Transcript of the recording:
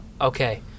Okay